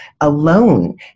Alone